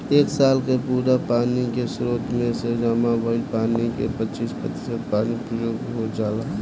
एक साल के पूरा पानी के स्रोत में से जामा भईल पानी के पच्चीस प्रतिशत पानी प्रयोग हो जाला